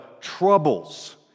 troubles